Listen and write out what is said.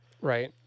Right